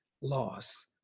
loss